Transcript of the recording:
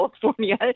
California